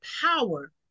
power